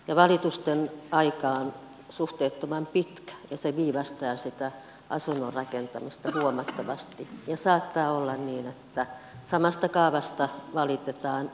valitusten aika on suhteettoman pitkä ja se viivästyttää sitä asunnon rakentamista huomattavasti ja saattaa olla niin että samasta kaavasta valitetaan useammankin kerran